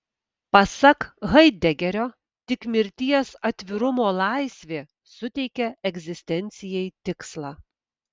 pasak haidegerio tik mirties atvirumo laisvė suteikia egzistencijai tikslą